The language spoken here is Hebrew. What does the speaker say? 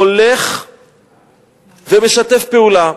הולך ומשתף פעולה.